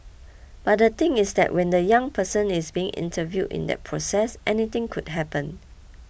but the thing is that when the young person is being interviewed in that process anything could happen